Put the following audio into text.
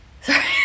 Sorry